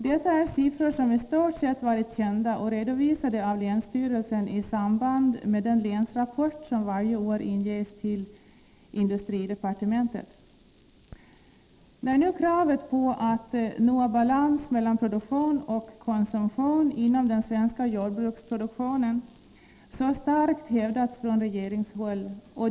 Detta är siffror som i stort sett varit kända och redovisats av länsstyrelsen i samband med den länsrapport som varje år inges till industridepartementet. Kravet på att nå balans mellan produktion och konsumtion inom den svenska jordbruksproduktionen hävdas nu starkt från regeringshåll.